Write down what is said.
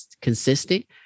consistent